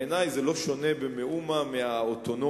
בעיני זה לא שונה במאומה מהאוטונומיה